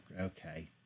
okay